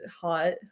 hot